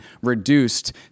reduced